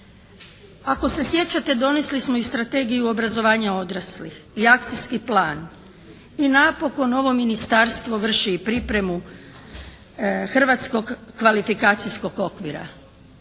Ako se sjećate donijeli smo i strategiju obrazovanja odraslih i akcijski plan. I napokon ovo Ministarstvo vrši i pripremu hrvatskog kvalifikacijskog okvira.